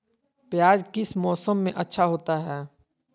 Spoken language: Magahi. प्याज किस मौसम में अच्छा होता है?